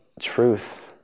truth